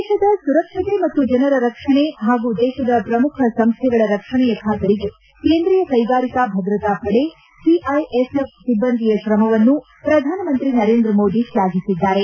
ದೇಶದ ಸುರಕ್ಷತೆ ಮತ್ತು ಜನರ ರಕ್ಷಣೆ ಹಾಗೂ ದೇಶದ ಪ್ರಮುಖ ಸಂಸ್ಟೆಗಳ ರಕ್ಷಣೆಯ ಖಾತರಿಗೆ ಕೇಂದ್ರೀಯ ಕೈಗಾರಿಕಾ ಭದ್ರತಾ ಪಡೆ ಸಿಐಎಸ್ಎಫ್ ಸಿಬ್ಲಂದಿಯ ಶ್ರಮವನ್ನು ಪ್ರಧಾನಮಂತ್ರಿ ನರೇಂದ್ರ ಮೋದಿ ಶ್ಲಾಘಿಸಿದ್ದಾರೆ